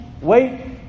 wait